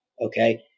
Okay